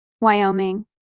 Wyoming